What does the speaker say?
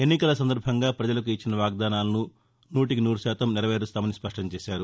ఎన్నికల సందర్భంగా ప్రజలకిచ్చిన వాగ్దానాలను నూటికి సూరుశాతం నెరవేరుస్తామని స్పష్టంచేశారు